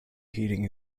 heating